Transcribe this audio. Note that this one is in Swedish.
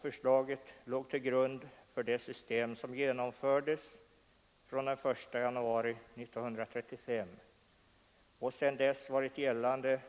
Förslaget låg till grund för det system som genomfördes från 1 januari 1935 och sedan dess varit gällande